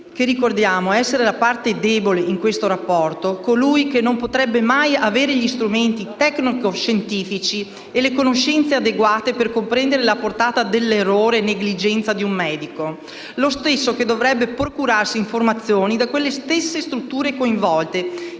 che ricordiamo essere la parte debole in questo rapporto, colui che non potrebbe mai avere gli strumenti tecnico-scientifici e le conoscenze adeguate per comprendere la portata dell'errore o negligenza di un medico; lo stesso che dovrebbe procurarsi informazioni da quelle stesse strutture coinvolte